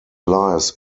lies